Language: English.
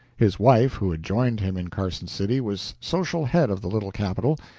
his wife, who had joined him in carson city, was social head of the little capital,